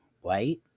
White